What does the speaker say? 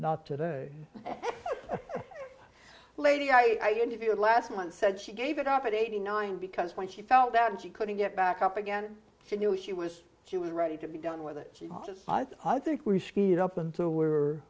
not today lady i interviewed last month said she gave it up at eighty nine because when she felt that she couldn't get back up again she knew she was she was ready to be done with it i think we skied up until we